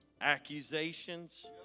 accusations